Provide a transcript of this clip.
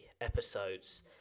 episodes